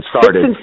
started